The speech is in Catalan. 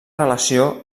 relació